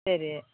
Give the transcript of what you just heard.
சரி